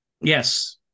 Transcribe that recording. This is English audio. Yes